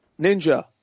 Ninja